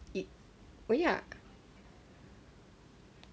it oh ya